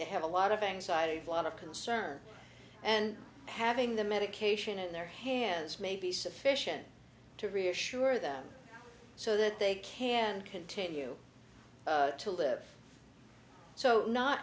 they have a lot of anxiety lot of concern and having the medication in their hands may be sufficient to reassure them so that they can continue to live so not